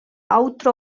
autra